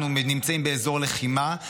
אנחנו נמצאים באזור לחימה,